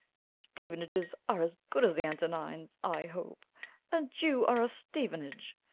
the stevenages are as good as the antonines, i hope and you are a stevenage.